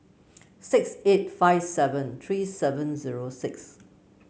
six eight five seven three seven zero six